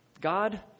God